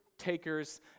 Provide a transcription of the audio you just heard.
takers